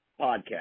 podcast